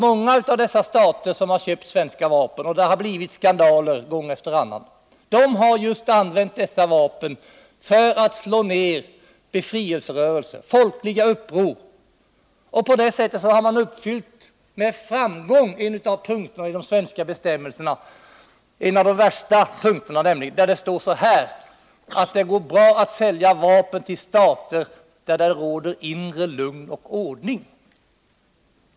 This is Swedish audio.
Många av de stater som köpt svenska vapen — vilket gång efter annan resulterat i skandaler — har just använt vapnen för att slå ned befrielserörelser och folkliga uppror. På det sättet har man med framgång uppfyllt kraven på en av de värsta punkterna i de svenska bestämmelserna. Där sägs det nämligen att det går bra att sälja vapen till stater där det råder inre lugn och ordning.